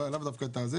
לאו דווקא את זה,